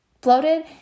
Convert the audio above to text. bloated